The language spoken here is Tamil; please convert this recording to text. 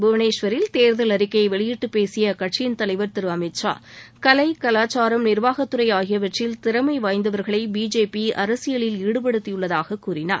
புவனேஷ்வரில் தேர்தல் அறிக்கையை வெளியிட்டு பேசிய அக்கட்சியின் தலைவர் திரு அமித் ஷா கலை கலாச்சாரம் நிர்வாகத்துறை ஆகியவற்றில் திறமை வாய்ந்தவர்களை பிஜேபி அரசியலில் ஈடுபடுத்தியுள்ளதாக கூறினார்